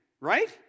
Right